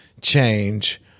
change